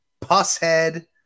Pusshead